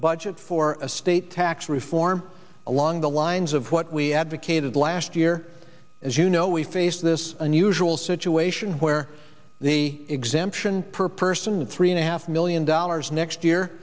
budget for a state tax reform along the lines of what we advocated last year as you know we face this unusual situation where the exemption per person three and a half million dollars next year